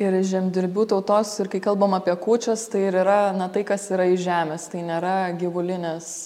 ir žemdirbių tautos ir kai kalbam apie kūčias tai ir yra na tai kas yra iš žemės tai nėra gyvulinės